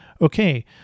Okay